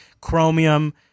Chromium